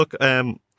Look